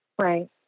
Right